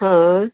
हा